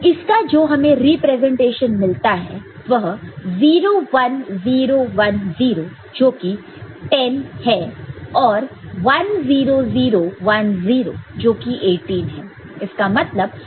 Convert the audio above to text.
इसका जो हमें रिप्रेजेंटेशन मिलता है वह 0 1 0 1 0 जोकि 10 है और 1 0 0 1 0 जोकि 18 है